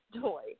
toy